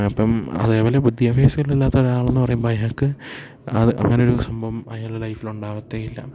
ഇപ്പം അതേപോലെ വിദ്യാഭ്യാസം ഇല്ലാത്ത ഒരാളെന്ന് പറയുമ്പോൾ അയാൾക്ക് അത് അങ്ങനൊരു സംഭവം അയാളുടെ ലൈഫിൽ ഉണ്ടാവത്തേയില്ല